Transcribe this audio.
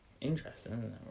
interesting